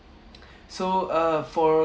so uh for